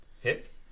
Hit